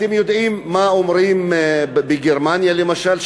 אתם יודעים מה אומרים בגרמניה למשל?